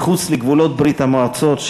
שקיימתי מחוץ לגבולות ברית-המועצות,